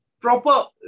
proper